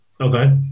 Okay